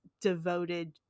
devoted